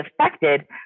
affected